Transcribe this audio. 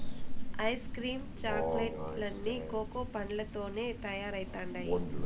ice cream chocolate లన్నీ cocoa పండ్లతోనే తయారైతండాయి